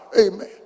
Amen